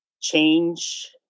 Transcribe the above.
change